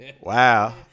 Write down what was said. Wow